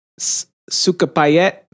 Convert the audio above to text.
sukapayet